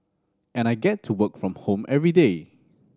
and I get to work from home everyday